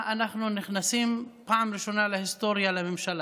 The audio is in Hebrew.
אנחנו נכנסים בפעם הראשונה בהיסטוריה לממשלה.